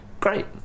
great